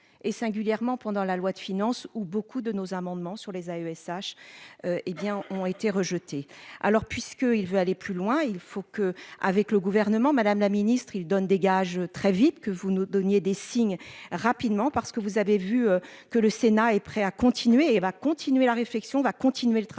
et singulièrement pendant la loi de finances où beaucoup de nos amendements sur les AESH. Eh bien ont été rejetés. Alors puisqu'il veut aller plus loin, il faut que avec le gouvernement Madame la Ministre il donne des gages. Très vite, que vous nous donniez des signes rapidement parce que vous avez vu que le Sénat est prêt à continuer et va continuer la réflexion va continuer le travail